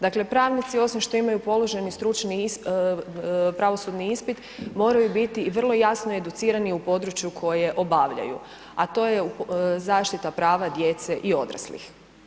Dakle, pravnici, osim što imaju položen pravosudni ispit, moraju biti i vrlo jasno educirani u području koje obavljaju, a to je zaštita prava djece i odraslih.